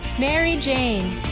mary jane.